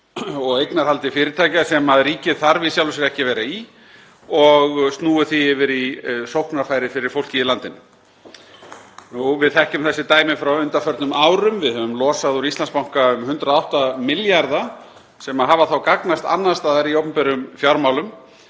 og eignarhaldi fyrirtækja sem ríkið þarf í sjálfu sér ekki að vera í og snúið því yfir í sóknarfæri fyrir fólkið í landinu. Við þekkjum þessi dæmi frá undanförnum árum. Við höfum losað úr Íslandsbanka um 108 milljarða sem hafa þá gagnast annars staðar í opinberum fjármálum.